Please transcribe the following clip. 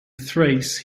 thrace